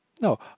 No